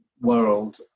world